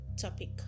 topic